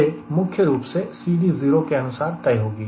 यह मुख्य रूप से CD0 जीरो के अनुसार तय होगी